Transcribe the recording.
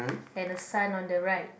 and a sun on the right